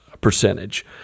percentage